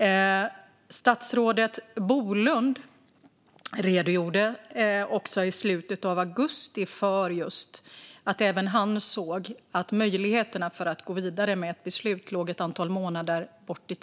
Dåvarande statsrådet Bolund redogjorde också i slutet av augusti för att även han såg att möjligheterna för att gå vidare med ett beslut låg ett antal månader bort.